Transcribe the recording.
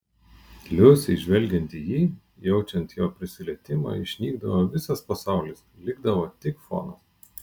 liusei žvelgiant į jį jaučiant jo prisilietimą išnykdavo visas pasaulis likdavo tik fonas